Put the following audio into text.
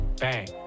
bang